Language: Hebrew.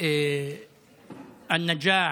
בא-נג'אח,